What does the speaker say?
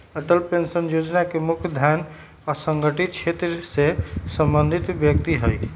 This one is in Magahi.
अटल पेंशन जोजना के मुख्य ध्यान असंगठित क्षेत्र से संबंधित व्यक्ति हइ